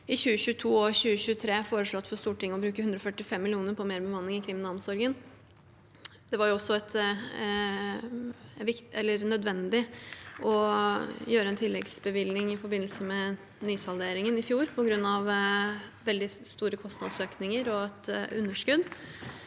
i 2022 og 2023 for Stortinget å bruke 145 mill. kr på mer bemanning i kriminalomsorgen. Det var også nødvendig å komme med en tilleggsbevilgning i forbindelse med nysalderingen i fjor på grunn av veldig store kostnadsøkninger og et underskudd